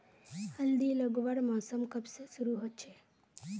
हल्दी लगवार मौसम कब से शुरू होचए?